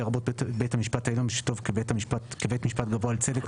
לרבות בית המשפט העליון בשבתו כבית משפט גבוה לצדק,